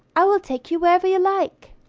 i will take you wherever you like.